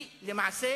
היא למעשה